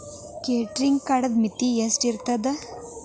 Credit ಕಾರ್ಡದು ಮಿತಿ ಎಷ್ಟ ಇರ್ತದ?